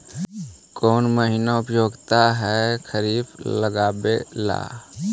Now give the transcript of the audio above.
कौन महीना उपयुकत है खरिफ लगावे ला?